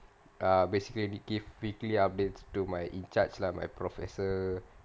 err basically need give weekly updates to my incharge lah my professor